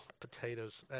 potatoes